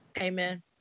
Amen